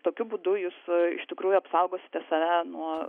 tokiu būdu jūs iš tikrųjų apsaugosite save nuo